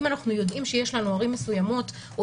אם אנחנו יודעים שיש לנו ערים מסוימות או